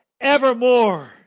evermore